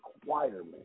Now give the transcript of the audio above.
requirement